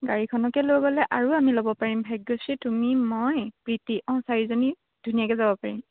গাড়ীখনকে লৈ গ'লে আৰু আমি ল'ব পাৰিম ভাগ্যশ্ৰী তুমি মই প্ৰীতি অঁ চাৰিজনী ধুনীয়াকৈ যাব পাৰিম